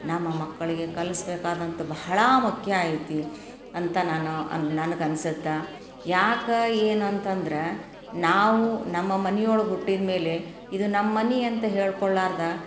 ನಮ್ಮ ಮಕ್ಕಳಿಗೆ ಕಲ್ಸ್ಬೇಕಾದಂಥ ಬಹಳ ಮುಖ್ಯ ಐತಿ ಅಂತ ನಾನು ನನ್ಗೆ ಅನ್ಸತ್ತೆ ಯಾಕೆ ಏನು ಅಂತಂದ್ರೆ ನಾವು ನಮ್ಮ ಮನಿಯೊಳಗೆ ಹುಟ್ಟಿದ ಮೇಲೆ ಇದು ನಮ್ಮ ಮನೆ ಅಂತ ಹೇಳ್ಕೊಳ್ಲಾರ್ದೆ